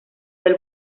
del